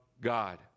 God